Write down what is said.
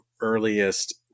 earliest